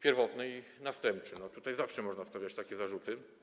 pierwotny i następczy, tutaj zawsze można postawić takie zarzuty.